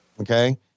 Okay